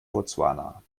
botswana